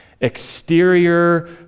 exterior